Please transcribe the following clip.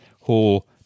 whole